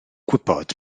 gwybod